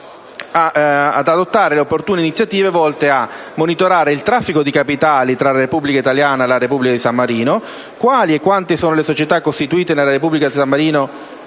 ad adottare le opportune iniziative volte a monitorare: il traffico di capitali tra la Repubblica italiana e la Repubblica di San Marino; quali e quante sono le società costituite nella Repubblica di San Marino